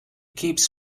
keeps